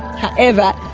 however,